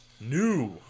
New